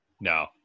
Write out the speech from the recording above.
No